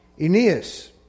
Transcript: Aeneas